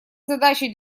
задачей